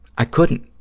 i couldn't.